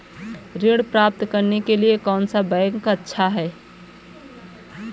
ऋण प्राप्त करने के लिए कौन सा बैंक अच्छा है?